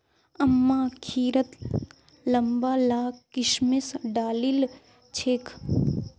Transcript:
अम्मा खिरत लंबा ला किशमिश डालिल छेक